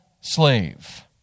slave